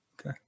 Okay